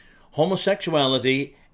Homosexuality